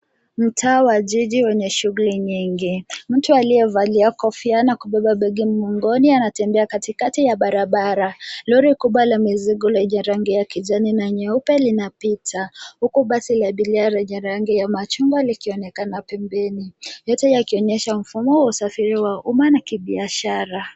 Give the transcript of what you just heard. Mtaa wa jiji wenye shughuli nyingi. Mtu aliyevalia kofia na kubeba begi mgongoni anatembea katikati ya barabara. Lori kubwa la mizigo lenye rangi ya kijani na nyeupe linapita huku basi la abiria lenye rangi ya machungwa likionekana pembeni yote yakionyesha mfumo wa usafiri wa umma na kibiashara.